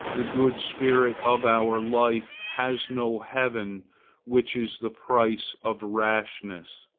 the good spirit of our life has no heaven which is the price of rashness.